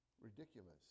Ridiculous